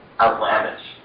outlandish